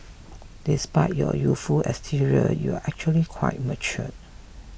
despite your youthful exterior you're actually quite mature